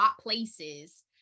places